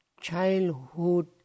childhood